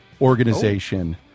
organization